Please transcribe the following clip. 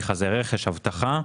מכרזי רכש ואבטחה.